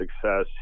success